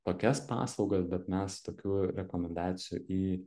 tokias paslaugas bet mes tokių rekomendacijų į